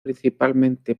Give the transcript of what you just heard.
principalmente